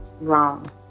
wrong